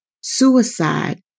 suicide